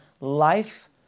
life